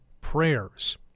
prayers